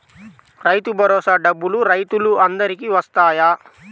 రైతు భరోసా డబ్బులు రైతులు అందరికి వస్తాయా?